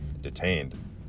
detained